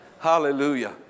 Hallelujah